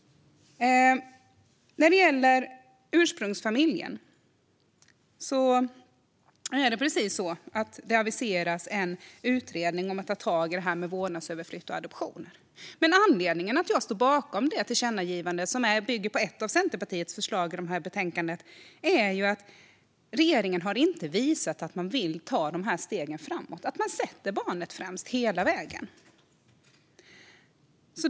När det gäller ursprungsfamiljen aviseras det en utredning om att ta tag i vårdnadsöverflyttning och adoption. Men anledningen till att jag står bakom det tillkännagivandet, som bygger på ett av Centerpartiets förslag i det här betänkandet, är att regeringen inte har visat att man vill ta de här stegen framåt och sätta barnet främst hela vägen.